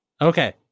Okay